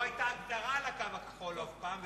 לא היתה הגדרה לקו הכחול אף פעם,